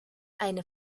eine